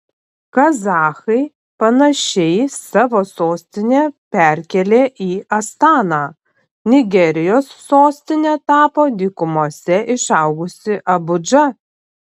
kazachai panašiai savo sostinę perkėlė į astaną nigerijos sostine tapo dykumose išaugusi abudža